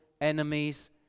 enemies